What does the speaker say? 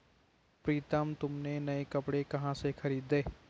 प्रितम तुमने नए कपड़े कहां से खरीदें?